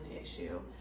issue